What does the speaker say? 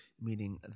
meaning